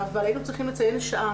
אבל היינו צריכים לציין שעה.